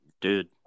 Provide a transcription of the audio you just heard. dude